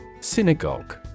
Synagogue